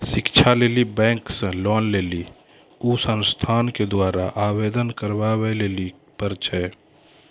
शिक्षा लेली बैंक से लोन लेली उ संस्थान के द्वारा आवेदन करबाबै लेली पर छै?